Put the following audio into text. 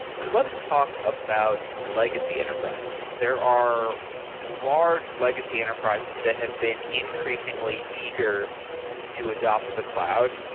let's talk about legacy enterprises. there are large legacy enterprises that have been increasingly eager to adopt the cloud,